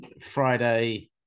Friday